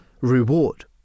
reward